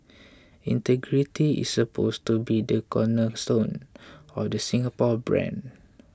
integrity is supposed to be the cornerstone of the Singapore brand